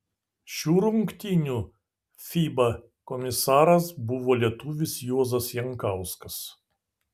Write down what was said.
šių rungtynių fiba komisaras buvo lietuvis juozas jankauskas